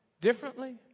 differently